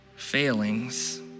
failings